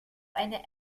eine